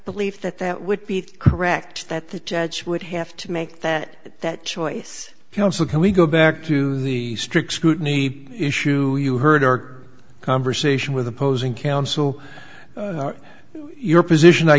believe that that would be correct that the judge would have to make that that choice counsel can we go back to the strict scrutiny issue you heard our conversation with opposing counsel your position i